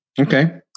Okay